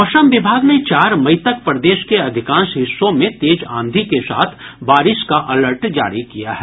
मौसम विभाग ने चार मई तक प्रदेश के अधिकांश हिस्सों में तेज आंधी के साथ बारिश का अलर्ट जारी किया है